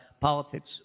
politics